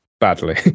Badly